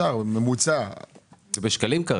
כרגע זה בשקלים.